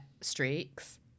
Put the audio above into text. streaks